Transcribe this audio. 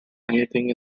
anything